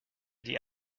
die